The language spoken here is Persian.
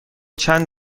چند